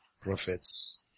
prophets